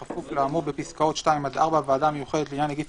בכפוף לאמור בפסקאות (2) עד (4) הוועדה המיוחדת לעניין נגיף